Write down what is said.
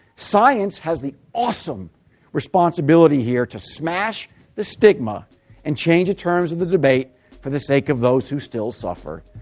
science has the awesome responsibility here to smash the stigma and change the terms of the debate for the sake of those who still suffer,